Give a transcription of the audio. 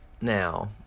Now